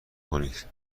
کنید